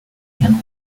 can